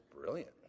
brilliant